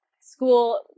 school